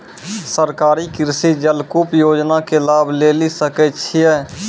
सरकारी कृषि जलकूप योजना के लाभ लेली सकै छिए?